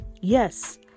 Yes